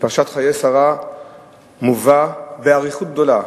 בפרשת חיי שרה מובאים, באריכות גדולה,